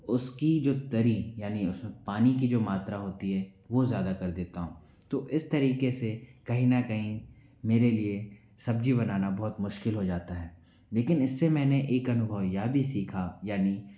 उसकी जो तरी यानि उसमे पानी की जो मात्रा होती है वह ज़्यादा कर देता हूँ तो इस तरीके से कहीं न कहीं मेरे लिए सब्ज़ी बनाना बहुत मुश्किल हो जाता है लेकिन इससे मैंने एक अनुभव यह भी सीखा यानि